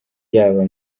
yaba